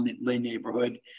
neighborhood